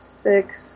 six